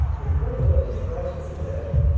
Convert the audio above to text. in front of us. across the canal,